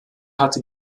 hatte